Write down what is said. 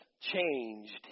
Changed